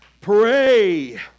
Pray